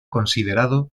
considerado